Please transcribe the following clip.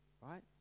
Right